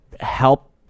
help